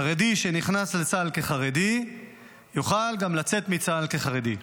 חרדי שנכנס לצה"ל כחרדי יוכל גם לצאת מצה"ל כחרדי.